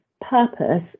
purpose